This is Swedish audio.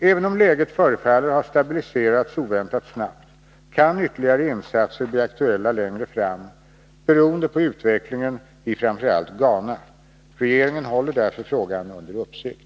Även om läget förefaller ha stabiliserats oväntat snabbt kan ytterligare insatser bli aktuella längre fram, beroende på utvecklingen i framför allt Ghana. Regeringen håller därför frågan under uppsikt.